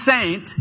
saint